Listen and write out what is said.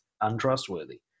untrustworthy